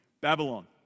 Babylon